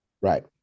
Right